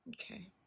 Okay